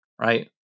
right